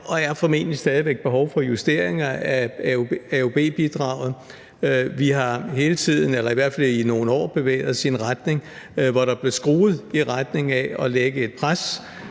og er formentlig stadig væk behov for justeringer af AUB-bidraget. Vi har hele tiden eller i hvert fald i nogle år bevæget os i en retning, hvor der er blevet skruet på knappen i retning af at lægge et pres